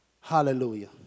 hallelujah